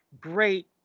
great